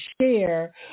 share